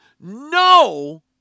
no